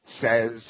says